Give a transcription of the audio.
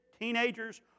teenagers